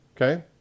okay